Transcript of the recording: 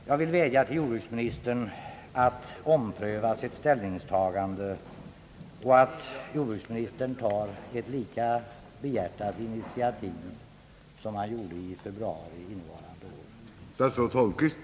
Jag vill vädja till jordbruksministern att ompröva sitt ställningstagande och ta ett lika behjärtat initiativ som han gjorde i februari månad innevarande år.